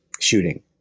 Shooting